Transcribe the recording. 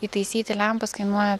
įtaisyti lempas kainuoja